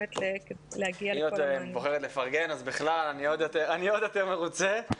אם את בוחרת לפרגן אז בכלל אני עוד יותר מרוצה.